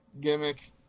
gimmick